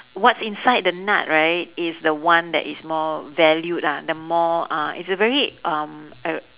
what's inside the nut right is the one that is more valued lah the more uh it's a very um a